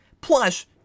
Plus